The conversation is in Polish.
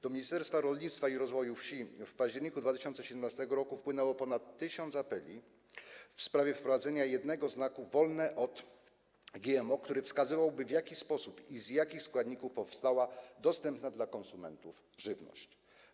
Do Ministerstwa Rolnictwa i Rozwoju Wsi w październiku 2017 r. wpłynęło ponad 1 tys. apeli w sprawie wprowadzenia jednego znaku „wolne od GMO”, który wskazywałby, w jaki sposób i z jakich składników powstała dostępna dla konsumentów żywność.